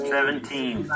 Seventeen